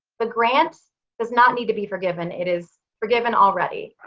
the grant does not need to be forgiven. it is forgiven already.